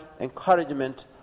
encouragement